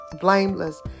blameless